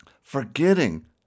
Forgetting